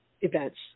events